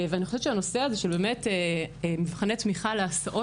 ואני חושבת שהנושא הזה של מבחני תמיכה להסעות